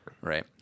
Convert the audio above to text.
Right